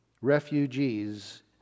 refugees